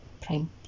Prime